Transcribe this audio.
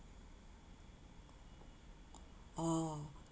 orh